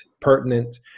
pertinent